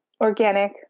organic